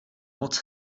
moc